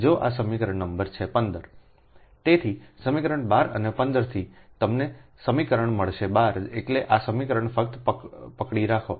તેથી સમીકરણ 12 અને 15 થી તમને સમીકરણ મળશે 12 એટલે આ સમીકરણ ફક્ત પકડી રાખો